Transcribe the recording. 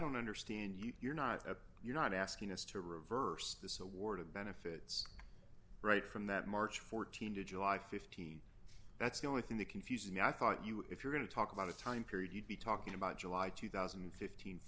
don't understand you you're not a you're not asking us to reverse this award of benefits right from that march th to july th that's the only thing that confuses me i thought you if you're going to talk about a time period you'd be talking about july two thousand and fifteen